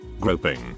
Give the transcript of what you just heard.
groping